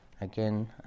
Again